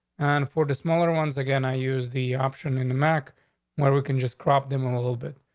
and for the smaller ones again, i use the option in the mac where we can just crop them a little bit.